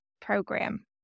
program